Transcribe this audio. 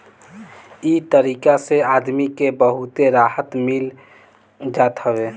इ तरीका से आदमी के बहुते राहत मिल जात हवे